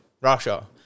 Russia